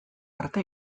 arte